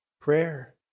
prayer